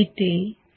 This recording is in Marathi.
इथे